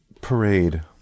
Parade